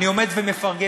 אני עומד ומפרגן,